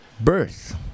birth